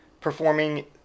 performing